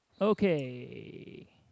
Okay